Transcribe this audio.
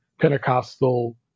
Pentecostal